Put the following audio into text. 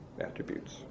attributes